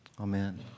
amen